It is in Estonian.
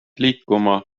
liikuma